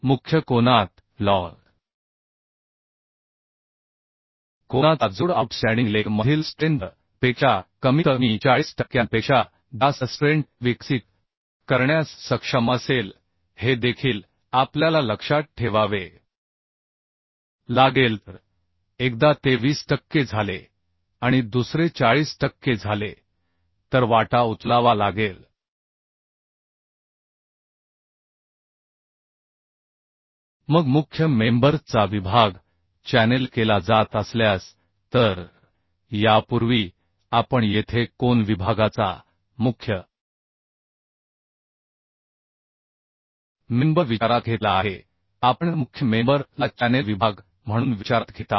मुख्य कोनात लजकोनाचा जोड आऊटस्टँडिंग लेग मधील स्ट्रेंथ पेक्षा कमीतकमी 40 टक्क्यांपेक्षा जास्त स्ट्रेंट विकसित करण्यास सक्षम असेल हे देखील आपल्याला लक्षात ठेवावे लागेल तर एकदा ते 20 टक्के झाले आणि दुसरे 40 टक्के झाले तर वाटा उचलावा लागेल मग मुख्य मेंबर चा विभाग चॅनेल केला जात असल्यास तर यापूर्वी आपण येथे कोन विभागाचा मुख्य मेंबर विचारात घेतला आहे आपण मुख्य मेंबर ला चॅनेल विभाग म्हणून विचारात घेत आहोत